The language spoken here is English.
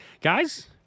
Guys